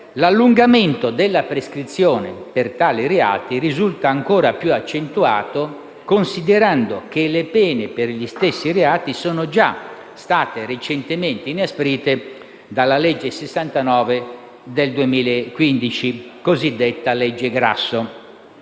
L'allungamento della prescrizione per tali reati risulta ancora più accentuato considerando che le pene per gli stessi reati sono già state recentemente inasprite dalla legge n. 69 del 2015 (cosiddetta legge Grasso).